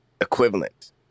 equivalent